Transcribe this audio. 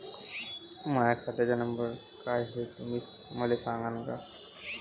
माह्या खात्याचा नंबर काय हाय हे तुम्ही मले सागांन का?